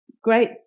Great